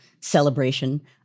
celebration